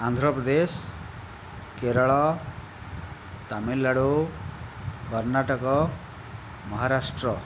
Andhra Pradesh Kerala Tamil Nadu Karnataka Maharashtra